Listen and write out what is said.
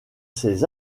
ses